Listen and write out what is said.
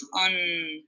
on